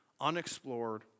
unexplored